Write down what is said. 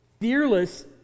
fearless